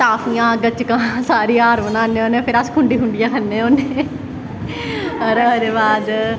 टाफियां गच्चकां लारे हांर बनान्ने होन्ने फिर अस खुंडी खुडियै खन्ने होन्ने और ओह्दे बाद